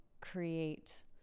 create